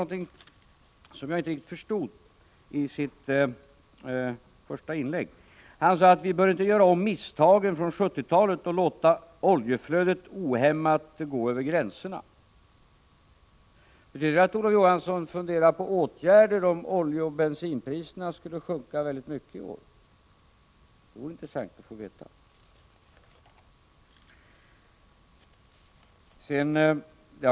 Han sade nämligen i sitt första inlägg någonting som jag inte förstod. Han sade att vi inte bör göra om misstagen från 1970-talet och låta oljeflödet ohämmat gå över gränserna. Betyder det att Olof Johansson funderar på åtgärder om oljeoch bensinpriserna skulle sjunka väldigt mycket i år? Det vore intressant att få veta det.